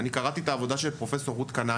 אני קראתי את העבודה של פרופ' רות קנאי.